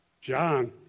John